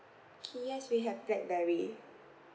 yes we have blackberry